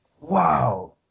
wow